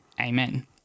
Amen